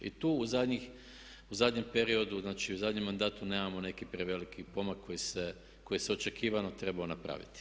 I tu u zadnjem periodu, znači u zadnjem mandatu nemamo neki preveliki pomak koji se očekivano trebao napraviti.